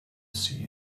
see